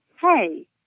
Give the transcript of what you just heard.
Hey